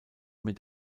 mit